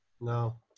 No